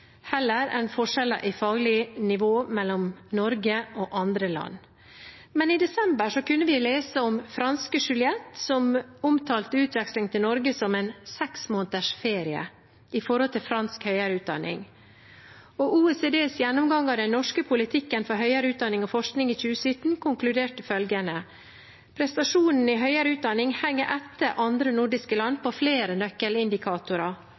heller enn at det er forskjeller i faglig nivå mellom Norge og andre land. Men i desember kunne vi lese om franske Juliette som omtalte utveksling til Norge som en seks måneders ferie i forhold til fransk høyere utdanning. Og OECDs gjennomgang av den norske politikken for høyere utdanning og forskning i 2017 konkluderte med at prestasjonene i høyere utdanning henger etter andre nordiske land på flere nøkkelindikatorer